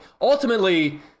Ultimately